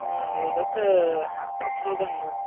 ம் ஒரு கட்டு பத்து ரூபா தான்ங்கண்ணா